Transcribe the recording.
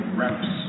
reps